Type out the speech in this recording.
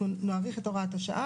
אנחנו נאריך את הוראת השעה,